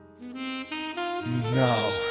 No